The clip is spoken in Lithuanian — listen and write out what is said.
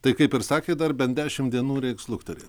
tai kaip ir sakė dar bent dešimt dienų reiks luktelėt